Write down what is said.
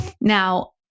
Now